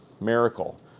miracle